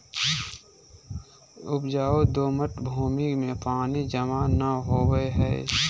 उपजाऊ दोमट भूमि में पानी जमा नै होवई हई